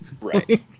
right